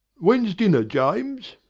when's dinner, james?